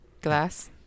Glass